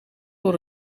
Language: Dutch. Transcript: door